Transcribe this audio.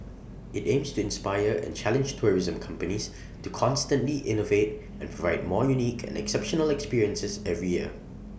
IT aims to inspire and challenge tourism companies to constantly innovate and provide more unique and exceptional experiences every year